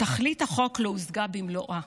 תכלית החוק לא הושגה במלואה.